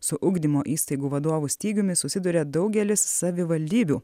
su ugdymo įstaigų vadovų stygiumi susiduria daugelis savivaldybių